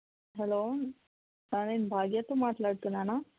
hello నేను భాగ్యాతో మాట్లాడుతున్నానా